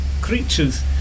creatures